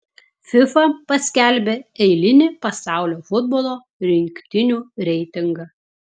fifa paskelbė eilinį pasaulio futbolo rinktinių reitingą